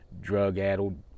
drug-addled